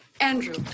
Andrew